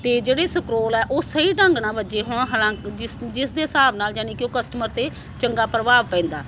ਅਤੇ ਜਿਹੜੇ ਸਕਰੋਲ ਆ ਉਹ ਸਹੀ ਢੰਗ ਨਾਲ ਵੱਜੇ ਹੋਣ ਹਲਾਂ ਜਿਸ ਜਿਸਦੇ ਹਿਸਾਬ ਨਾਲ ਯਾਨੀ ਕਿ ਉਹ ਕਸਟਮਰ 'ਤੇ ਚੰਗਾ ਪ੍ਰਭਾਵ ਪੈਂਦਾ